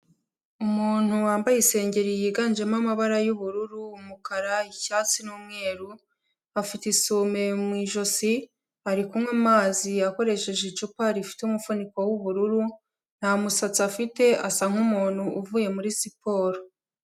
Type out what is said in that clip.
Umuntu wambaye isengeri yiganjemo amabara y'ubururu, umukara, icyatsi n'umweru, afite isume mu ijosi, ari kunywa amazi akoresheje icupa rifite umufuniko w'ubururu nta musatsi afite asa nk'umuntu uvuye muri siporo.